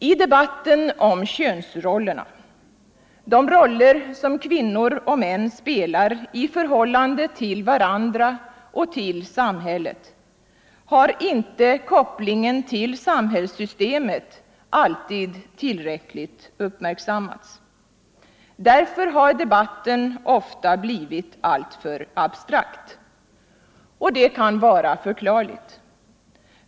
I debatten om könsrollerna — de roller som kvinnor och män spelar i förhållande till varandra och till samhället — har inte kopplingen till samhällssystemet alltid uppmärksammats tillräckligt. Därför har debatten ofta blivit alltför abstrakt. Och det kan vara förklarligt!